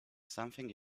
something